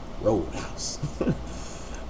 roadhouse